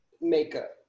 makeup